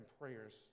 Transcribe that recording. prayers